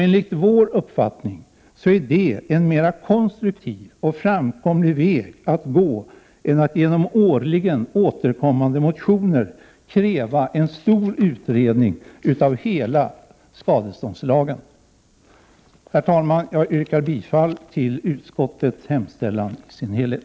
Enligt vår uppfattning är det en mer konstruktiv och framkomlig väg att gå än 99 att genom årligen återkommande motioner kräva en stor utredning av hela skadeståndslagen. Herr talman! Jag yrkar bifall till utskottets hemställan i dess helhet.